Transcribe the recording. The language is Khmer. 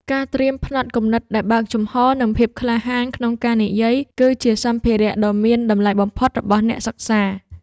ការត្រៀមផ្នត់គំនិតដែលបើកចំហ និងភាពក្លាហានក្នុងការនិយាយ គឺជាសម្ភារៈដ៏មានតម្លៃបំផុតរបស់អ្នកសិក្សា។